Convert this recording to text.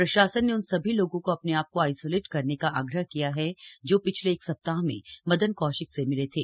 प्रशासन ने उन सभी लोगों को अपने आप को आइसोलेट करने का आग्रह किया है जो पिछले एक सप्ताह में मदन कौशिक से मिले थे